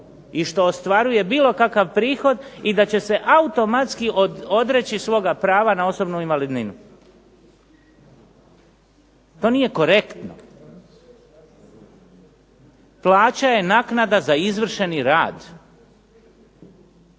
i što ostvaruje bilo kakav prihod i da će se automatski odreći svoga prava na osobnu invalidninu. To nije korektno. Plaća je naknada za izvršeni rad.